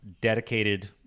dedicated